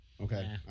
Okay